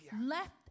left